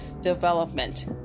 development